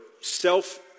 self